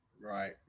Right